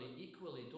equally